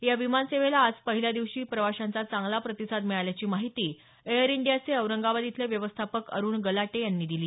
या विमानसेवेला आज पहिल्या दिवशी प्रवाशांचा चांगला प्रतिसाद मिळल्याची माहिती एअर इंडीयाचे औरंगाबाद इथले व्यवस्थापक अरूण गलाटे यांनी दिली